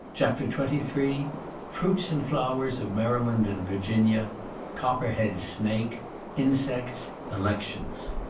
chapter twenty three fruits and flowers of maryland and virginia copper-head snake insects elections